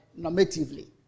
normatively